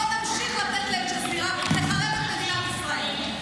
בוא נמשיך לתת לאל-ג'זירה לחרב את מדינת ישראל.